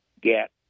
get